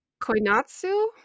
Koinatsu